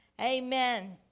Amen